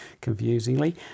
confusingly